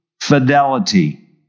fidelity